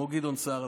כמו גדעון סער,